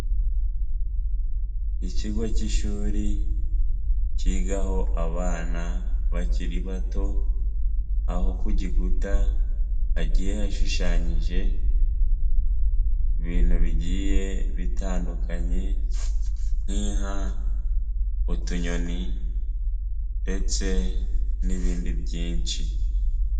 Ikigo k'ishuri kigaho abana bakiri bato, aho ku gikuta hagiye hashushanyije ibintu bigiye bitandukanye nk'inka, utunyoni ndetse n'ibindi byinshi.